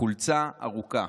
חולצה ארוכה